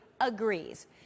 agrees